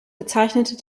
bezeichnete